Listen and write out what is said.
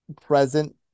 present